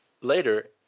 Later